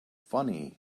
funny